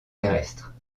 terrestre